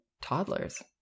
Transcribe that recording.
toddlers